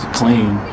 clean